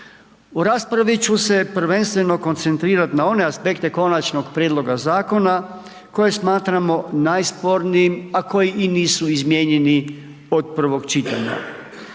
U raspravi ću se prvenstveno koncentrirati na one aspekte konačnog prijedloga zakona koji smatramo najspornijim, a koji i nisu izmijenjeni od prvog čitanja.